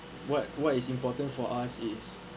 what what is important for us is